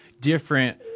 different